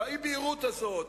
באי-בהירות הזאת,